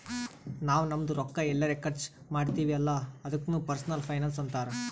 ನಾವ್ ನಮ್ದು ರೊಕ್ಕಾ ಎಲ್ಲರೆ ಖರ್ಚ ಮಾಡ್ತಿವಿ ಅಲ್ಲ ಅದುಕ್ನು ಪರ್ಸನಲ್ ಫೈನಾನ್ಸ್ ಅಂತಾರ್